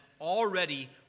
already